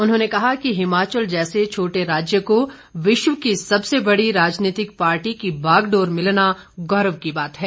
उन्होंने कहा कि हिमाचल जैसे छोटे राज्य को विश्व की सबसे बड़ी राजनीतिक पार्टी की बागडोर मिलना गौरव की बात है